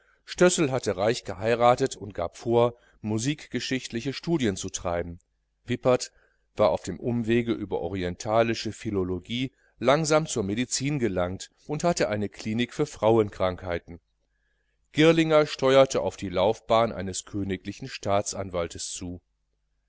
stössel hatte reich geheiratet und gab vor musikgeschichtliche studien zu treiben wippert war auf dem umwege über orientalische philologie langsam zur medizin gelangt und hatte eine klinik für frauenkrankheiten girlinger steuerte auf die laufbahn eines königlichen staatsanwalts zu